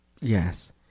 Yes